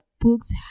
books